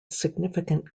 significant